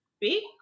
Big